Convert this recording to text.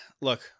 look